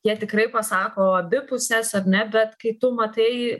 jie tikrai pasako abi puses ar ne bet kai tu matai